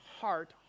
heart